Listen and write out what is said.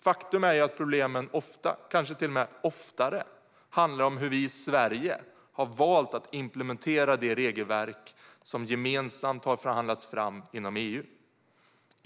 Faktum är att problemen ofta, kanske till och med oftare, handlar om hur vi i Sverige har valt att implementera de regelverk som gemensamt har förhandlats fram inom EU.